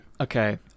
Okay